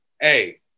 hey